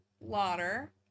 Lauder